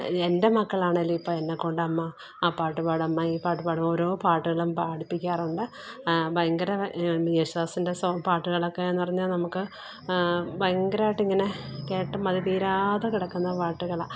എന്റെ മക്കളാണേലും ഇപ്പോൾ എന്നെ കൊണ്ടമ്മ ആ പാട്ട് പാടമ്മ ഈ പാട്ട് പാടുവോ ഓരോ പാട്ടുകളും പാടിപ്പിക്കാറുണ്ട് ഭയങ്കര യേശുദാസിന്റെ സോങ്ങ് പാട്ടുകളൊക്കെ എന്ന് പറഞ്ഞാൽ നമുക്ക് ഭയങ്കരമായിട്ട് ഇങ്ങനെ കേട്ട് മതിതീരാതെ കിടക്കുന്ന പാട്ടുകളാണ്